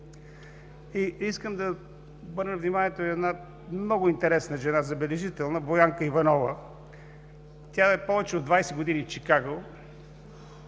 Искам да обърна вниманието и на една много интересна, забележителна жена – Боянка Иванова. Тя повече от 20 години е в Чикаго.